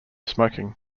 smoking